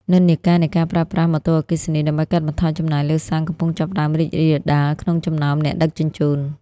និន្នាការនៃការប្រើប្រាស់ "ម៉ូតូអគ្គិសនី" ដើម្បីកាត់បន្ថយចំណាយលើសាំង កំពុងចាប់ផ្ដើមរីករាលដាលក្នុងចំណោមអ្នកដឹកជញ្ជូន។